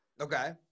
Okay